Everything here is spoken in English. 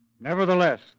Nevertheless